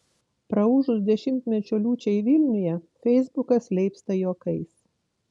praūžus dešimtmečio liūčiai vilniuje feisbukas leipsta juokais